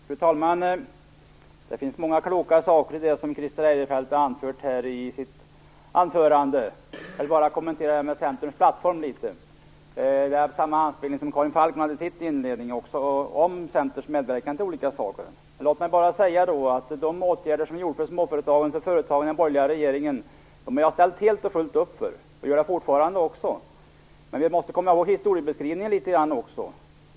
Fru talman! Det finns många kloka saker i det som Christer Eirefelt sagt i sitt anförande. Jag vill bara kommentera detta med Centerns plattform litet. Han gjorde samma anspelning som Karin Falkmer om Centerns medverkan i olika saker. Låt mig säga att de åtgärder som vidtogs för småföretagen av den borgerliga har jag ställt helt och fullt upp för och gör det fortfarande. Men vi måste komma ihåg historieskrivningen.